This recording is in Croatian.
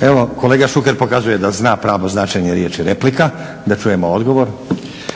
Evo, kolega Šuker pokazuje da zna pravo značenje riječi replika. Da čujemo odgovor.